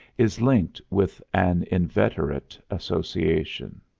is linked with an inveterate association?